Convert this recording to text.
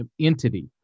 entity